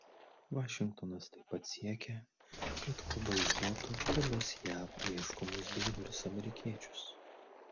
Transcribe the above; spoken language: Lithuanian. vašingtonas taip pat siekia kad kuba išduotų kelis jav ieškomus bėglius amerikiečius